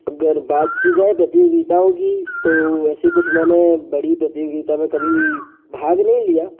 अगर बात की जाए प्रतियोगिताओं की तो वैसे कुछ मैंने बड़ी प्रतियोगिता में कभी भाग नहीं लिया